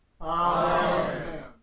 Amen